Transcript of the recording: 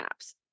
apps